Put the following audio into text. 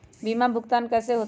बीमा के भुगतान कैसे होतइ?